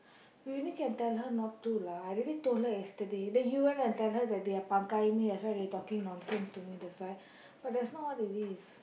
we only can tell her not to lah I already told her yesterday then you went to tell her that they are pakai-ing me that's why they talking nonsense to me that's why but that's not what it is